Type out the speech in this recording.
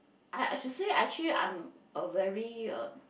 I I should say actually I'm a very um